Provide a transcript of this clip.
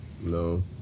no